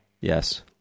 Yes